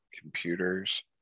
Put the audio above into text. computers